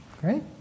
Great